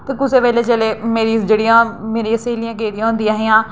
कि कुसै बेल्लै जेल्लै मेरियां जेह्ड़ियां मेरियां स्हेलियां गेदियां होंदियां हियां